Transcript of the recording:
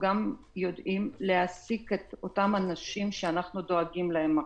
יודעים להעסיק את אותם אנשים שאנחנו דואגים להם עכשיו,